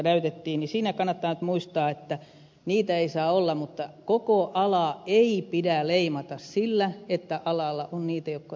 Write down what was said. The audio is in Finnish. siinä kannattaa nyt muistaa että niitä ei saa olla mutta koko alaa ei pidä leimata sillä että alalla on niitä jotka rikkovat säännöksiä